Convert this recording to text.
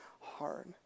hard